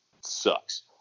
sucks